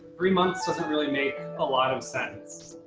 three months doesn't really make a lot of sense.